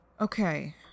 Okay